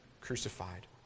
crucified